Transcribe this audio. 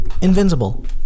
invincible